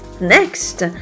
Next